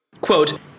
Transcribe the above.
Quote